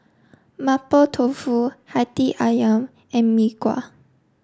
Mapo Tofu Hati Ayam and Mee Kuah